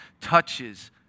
touches